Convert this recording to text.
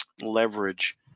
leverage